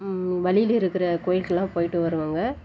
வழியில் இருக்கிற கோயிலுக்கெல்லாம் போய்ட்டு வருவோங்க